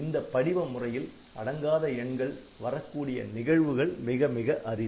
இந்த படிவ முறையில் அடங்காத எண்கள் வரக்கூடிய நிகழ்வுகள் மிக மிக அரிது